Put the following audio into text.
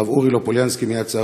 הרב אורי לופוליאנסקי מ"יד שרה",